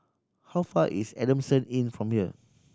how far is Adamson Inn from here